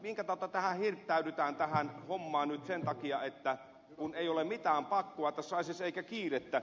minkä tautta hirttäydytään tähän hommaan nyt kun ei ole mitään pakkoa eikä kiirettä